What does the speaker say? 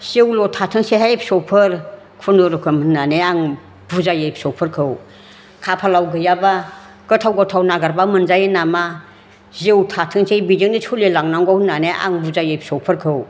जिउल' थाथोंसैहाय फिसौफोर खुनुरुखुम होननानै आं बुजायो फिसौफोरखौ खाफालाव गैयाबा गोथाव गोथाव नागिरबा मोनजायो नामा जिउ थाथोंसै बेजोंनो सोलिलांनांगौ होननानै आं बुजायो फिसौफोरखौ